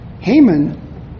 Haman